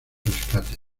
rescate